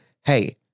Hey